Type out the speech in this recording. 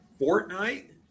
Fortnite